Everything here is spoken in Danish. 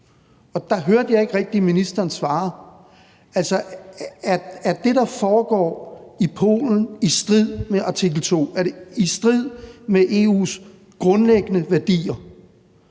og der hørte jeg ikke rigtig ministeren svare. Altså, er det, der foregår i Polen i strid med artikel 2? Er det i strid med EU's grundlæggende værdier?